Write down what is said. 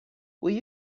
will